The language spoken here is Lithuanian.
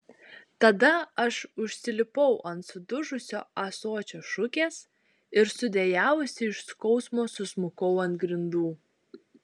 tada aš užsilipau ant sudužusio ąsočio šukės ir sudejavusi iš skausmo susmukau ant grindų